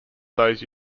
those